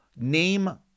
name